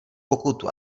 pokutu